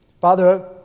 Father